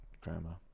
grammar